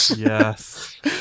Yes